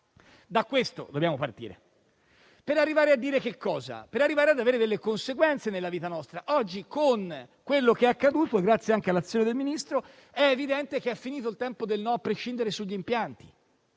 Da questo dobbiamo partire. Per arrivare a dire cosa? Per arrivare a delle conseguenze nella nostra vita. Oggi, con quanto accaduto, grazie anche all'azione del Ministro, è evidente che è finito il tempo del no a prescindere sugli impianti.